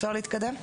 אפשר להתקדם?